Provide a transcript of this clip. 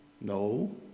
No